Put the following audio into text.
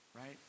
right